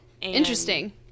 Interesting